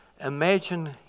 imagine